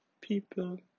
people